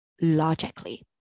logically